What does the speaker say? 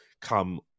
come